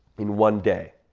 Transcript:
in one day.